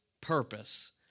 purpose